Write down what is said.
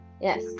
Yes